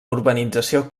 urbanització